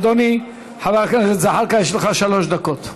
אדוני חבר הכנסת זחאלקה, יש לך שלוש דקות.